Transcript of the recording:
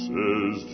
Says